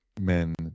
men